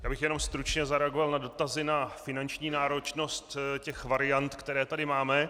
Já bych jenom stručně zareagoval na dotazy na finanční náročnost variant, které tady máme.